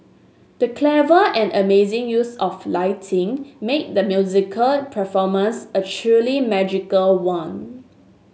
the clever and amazing use of lighting made the musical performance a truly magical one